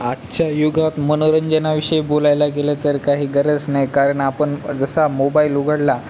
आजच्या युगात मनोरंजनाविषयी बोलायला गेलं तर काही गरज नाही कारण आपण जसा मोबाईल उघडला